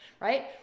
Right